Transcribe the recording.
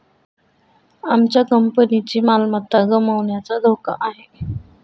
आमच्या कंपनीची मालमत्ता गमावण्याचा धोका आहे